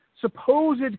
supposed